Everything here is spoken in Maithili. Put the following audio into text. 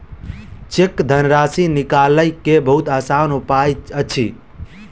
चेक धनराशि निकालय के बहुत आसान उपाय अछि